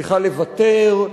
צריכה לוותר,